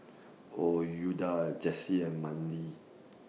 Ouida Jessie and Mandy